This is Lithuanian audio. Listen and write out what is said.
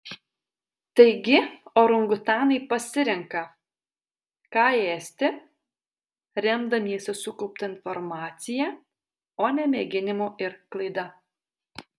taigi orangutanai pasirenka ką ėsti remdamiesi sukaupta informacija o ne mėginimu ir klaida